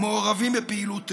מעורבים בפעילות טרור.